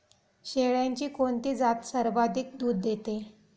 शेळ्यांची कोणती जात सर्वाधिक दूध देते?